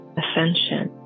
ascension